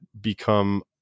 become